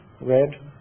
red